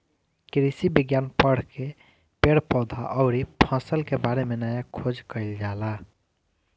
कृषि विज्ञान पढ़ के पेड़ पौधा अउरी फसल के बारे में नया खोज कईल जाला